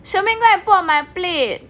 charmaine go and put on my plate